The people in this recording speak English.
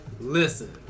Listen